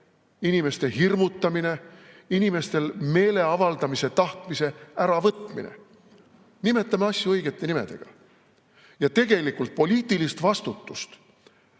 inimeste hirmutamine, inimestel meeleavaldamise tahtmise äravõtmine. Nimetame asju õigete nimedega. Ja tegelikult poliitilist vastutust